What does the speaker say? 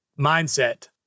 mindset